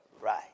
right